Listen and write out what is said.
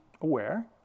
aware